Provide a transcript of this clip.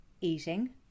eating